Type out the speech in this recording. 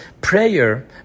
Prayer